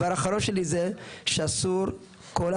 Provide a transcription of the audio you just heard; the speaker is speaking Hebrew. ישר כוח.